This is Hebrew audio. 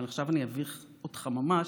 עכשיו אני אביך אותך ממש,